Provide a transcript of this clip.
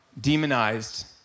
demonized